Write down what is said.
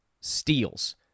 Steals